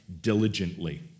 diligently